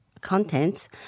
contents